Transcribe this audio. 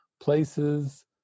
places